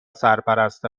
سرپرست